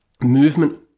movement